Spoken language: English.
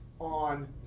on